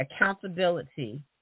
accountability